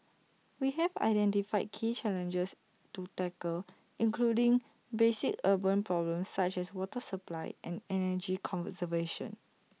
we have identified key challenges to tackle including basic urban problems such as water supply and energy conservation